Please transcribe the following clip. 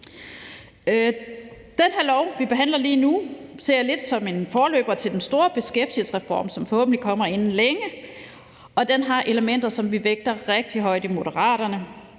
Det lovforslag, vi behandler lige nu, ser jeg lidt som en forløber til den store beskæftigelsesreform, som forhåbentlig kommer inden længe, og den har elementer, som vi vægter rigtig højt i Moderaterne: